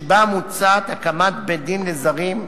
שבה מוצעת הקמת בית-דין לזרים,